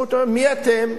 המזכירות אומרת: מי אתם?